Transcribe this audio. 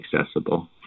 accessible